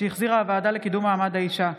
התשפ"א 2020, שהחזירה הוועדה לקידום מעמד האישה.